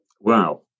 Wow